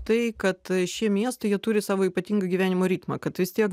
tai kad šie miestai jie turi savo ypatingą gyvenimo ritmą kad vis tiek